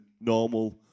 normal